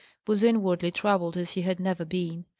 was inwardly troubled as he had never been.